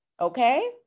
Okay